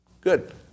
good